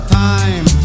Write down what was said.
time